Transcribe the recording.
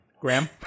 Graham